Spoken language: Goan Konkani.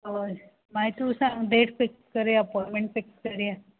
होय मागीर तु सांग डेट फीक्स कोरया एपोंय्टमेंट फीक्स कोरया